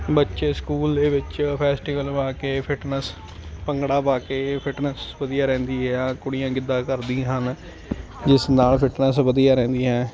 ਬੱਚੇ ਸਕੂਲ ਦੇ ਵਿੱਚ ਫੈਸਟੀਵਲ ਵਾ ਕੇ ਫਿਟਨੈਸ ਭੰਗੜਾ ਪਾ ਕੇ ਫਿਟਨੈਸ ਵਧੀਆ ਰਹਿੰਦੀ ਹੈ ਕੁੜੀਆਂ ਗਿੱਧਾ ਕਰਦੀ ਹਨ ਜਿਸ ਨਾਲ ਫਿਟਨੈਸ ਵਧੀਆ ਰਹਿੰਦੀ ਹੈ